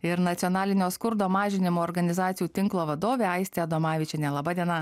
ir nacionalinio skurdo mažinimo organizacijų tinklo vadovė aistė adomavičienė laba diena